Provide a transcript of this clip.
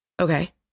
Okay